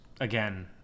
again